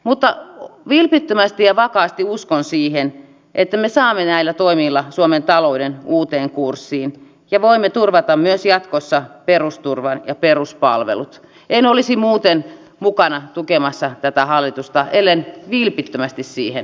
mutta vilpittömästi ja vakaasti uskon siihen että me saamme näillä toimilla suomen talouden uuteen kurssiin ja voimme turvata myös jatkossa perusturva ja peruspalvelut en olisi muuten mukana tukemassa tätä hallitusta ellen vilpittömästi siihen